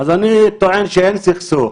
ואני ממליץ להיכנס לסיכום.